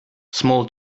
small